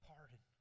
Pardon